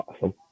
awesome